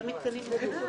להביא עובדים?